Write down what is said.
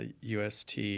UST